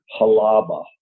Halaba